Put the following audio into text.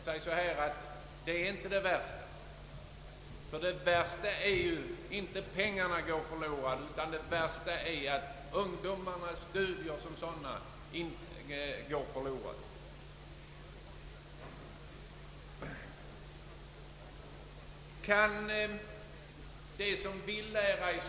Jag vågar nästan påstå, herr talman, att detta inte är det värsta, ty det värsta är att ungdomarnas studier går förlorade.